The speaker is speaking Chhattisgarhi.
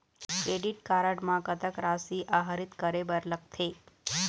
क्रेडिट कारड म कतक राशि आहरित करे बर लगथे?